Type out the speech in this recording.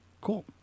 Cool